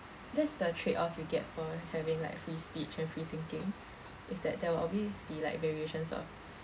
that's the tradeoff you get for having like free speech and free thinking is that there will always be like variations of